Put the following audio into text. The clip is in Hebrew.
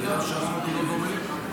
כנראה שהחוק אינו דומה.